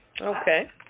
Okay